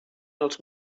els